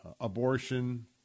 abortion